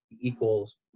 equals